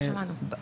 לא שמענו.